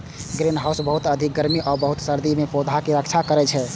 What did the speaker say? greenhouse बहुत अधिक गर्मी आ बहुत अधिक सर्दी सं पौधाक रक्षा करै छै